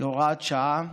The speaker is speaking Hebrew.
(הוראת שעה)